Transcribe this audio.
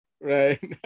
Right